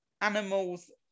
animals